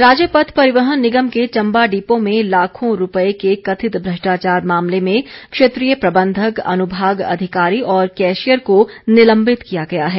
राज्य पथ परिवहन निगम के चम्बा डिपो में लाखों रूपए के कथित भ्रष्टाचार मामले में क्षेत्रीय प्रबंधक अनुभाग अधिकारी और कैशियर को निलंबित किया गया है